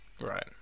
Right